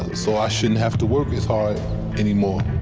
so i shouldn't have to work as hard anymore.